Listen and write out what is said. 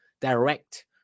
direct